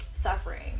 suffering